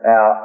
Now